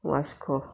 वासो